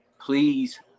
please